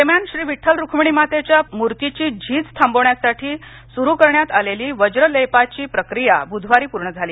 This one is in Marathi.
दरम्यान श्री विठ्ठल रुक्मिणी मातेच्या मूर्तीची झीज थांबवण्यासाठी सुरु करण्यात आलेली वज्रलेपाची प्रक्रिया ब्धवारी पूर्ण झाली